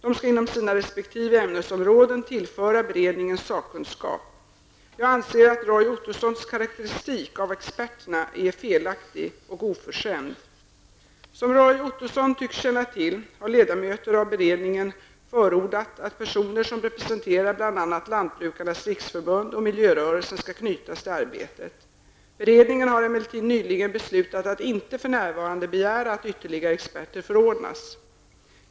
De skall inom sina resp. ämnesområden tillföra beredningen sakkunskap. Jag anser att Roy Ottossons karakteristik av experterna är felaktig och oförskämd. Som Roy Ottosson tycks känna till har ledamöter av beredningen förordat att personer som representerar bl.a. annat Lantbrukarnas Riksförbund och miljörörelsen skall knytas till arbetet. Beredningen har emellertid nyligen beslutat att inte för närvarande begära att ytterligare experter förordnas.